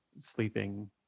sleeping